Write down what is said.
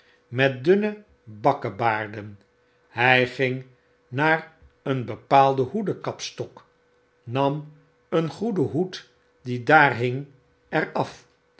met dunne bakkebaarden hij ging naar een bepaalden hoeden kapstok nam een goeden hoed die daar hing er